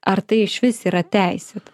ar tai išvis yra teisėt